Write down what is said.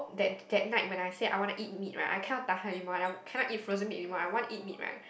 that that night when I said I wanna eat meat right I cannot tahan anymore and I cannot eat frozen meat anymore I want eat meat right